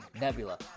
Nebula